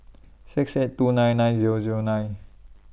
six eight two nine nine Zero Zero nine